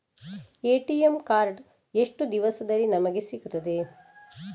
ATM card ಎಷ್ಟು ದಿವಸದಲ್ಲಿ ನಮಗೆ ಸಿಗುತ್ತದೆ?